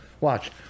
Watch